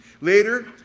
Later